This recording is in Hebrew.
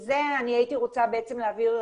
כן, אני מתארת לעצמי.